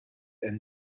and